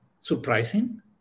surprising